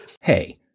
Hey